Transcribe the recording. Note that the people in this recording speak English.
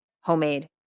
homemade